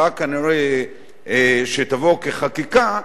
כשתבוא כחקיקה,